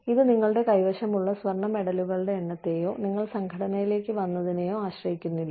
ഇത് നിങ്ങളുടെ കൈവശമുള്ള സ്വർണ്ണ മെഡലുകളുടെ എണ്ണത്തെയോ നിങ്ങൾ സംഘടനയിലേക്ക് വന്നതിനെയോ ആശ്രയിക്കുന്നില്ല